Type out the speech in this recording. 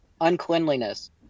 uncleanliness